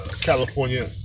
California